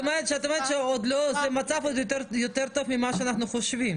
זאת אומרת את אומרת שזה מצב עוד יותר טוב ממה שאנחנו חושבים.